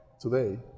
Today